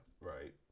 right